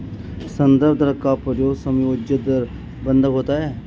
संदर्भ दर का प्रयोग समायोज्य दर बंधक होता है